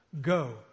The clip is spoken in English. go